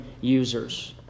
users